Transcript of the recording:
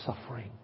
suffering